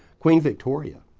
queen victoria